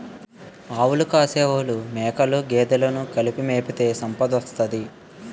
ఆవులు కాసినోలు మేకలు గేదెలు కలిపి మేపితే సంపదోత్తది